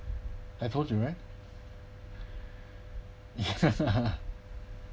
I told you right